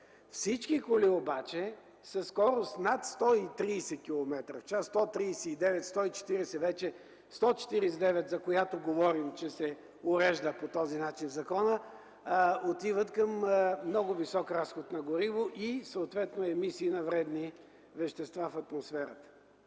Всички коли обаче със скорост над 130 километра в час, 139, 140 вече, 149, за която говорим, че се урежда по този начин в закона, отиват към много висок разход на гориво и съответно емисии на вредни вещества в атмосферата.